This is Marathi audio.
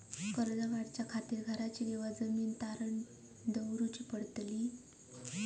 कर्ज काढच्या खातीर घराची किंवा जमीन तारण दवरूची पडतली?